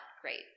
great